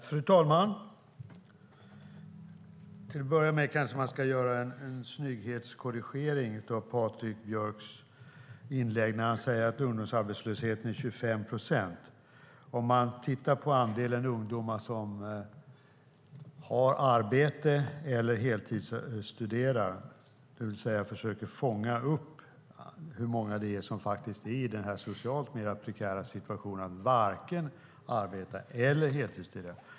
Fru talman! Till att börja med kanske jag ska göra en snygghetskorrigering av Patrik Björcks inlägg när han säger att ungdomsarbetslösheten är 25 procent. Man kan titta på andelen ungdomar som har arbete eller heltidsstuderar. Det vill säga: Man försöker att fånga upp hur många som är i den socialt mer prekära situationen att de varken arbetar eller heltidsstuderar.